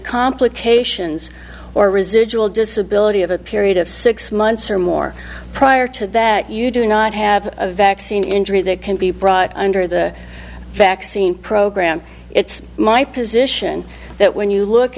complications or residual disability of a period of six months or more prior to that you do not have a vaccine injury that can be brought under the vaccine program it's my position that when you look